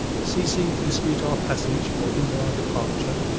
ceasing to dispute our passage or hinder our departure,